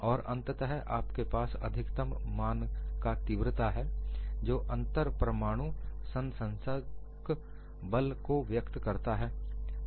और अंततः आपके पास अधिकतम मान का तीव्रता है जो अंतर परमाणु सन्सन्जक बल को व्यक्त करता है